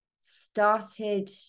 started